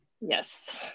Yes